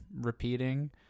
repeating